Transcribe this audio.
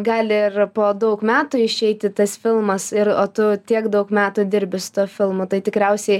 gali ir po daug metų išeiti tas filmas ir o tu tiek daug metų dirbi su tuo filmu tai tikriausiai